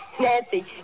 Nancy